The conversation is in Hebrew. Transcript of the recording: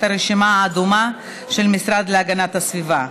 הרשימה האדומה של המשרד להגנת הסביבה.